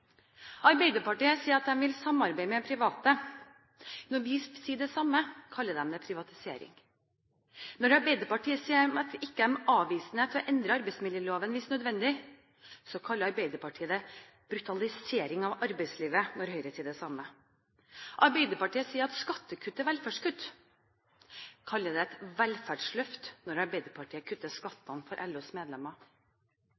Arbeiderpartiet sier at de vil samarbeide med private. Når vi sier det samme, kaller de det privatisering. Når Arbeiderpartiet sier at de ikke er avvisende til å endre arbeidsmiljøloven hvis det er nødvendig, kaller Arbeiderpartiet det brutalisering av arbeidslivet når Høyre sier det samme. Arbeiderpartiet sier at skattekutt er velferdskutt, men kaller det velferdsløft når Arbeiderpartiet kutter